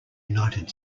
united